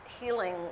healing